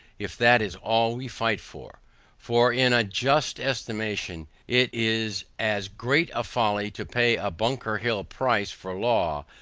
if that is all we fight for for in a just estimation, it is as great a folly to pay a bunker-hill price for law,